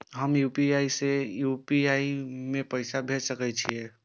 हम यू.पी.आई से यू.पी.आई में पैसा भेज सके छिये?